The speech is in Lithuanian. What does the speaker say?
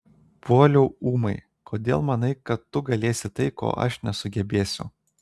puoliau ūmai kodėl manai kad tu galėsi tai ko aš nesugebėsiu